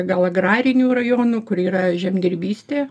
gal agrarinių rajonų kur yra žemdirbystė